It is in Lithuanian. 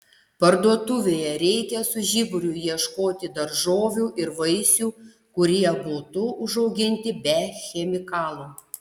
parduotuvėje reikia su žiburiu ieškoti daržovių ir vaisių kurie būtų užauginti be chemikalų